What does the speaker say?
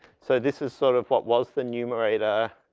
so this is sort of what was the numerator